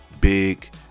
big